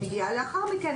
שמגיעה לאחר מכן,